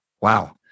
Wow